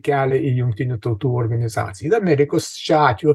kelią į jungtinių tautų organizaciją ir amerikos šiuo atveju